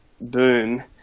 boom